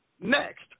next